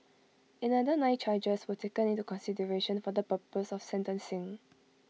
another nine charges were taken into consideration for the purpose of sentencing